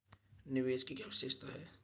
निवेश की क्या विशेषता है?